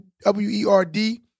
W-E-R-D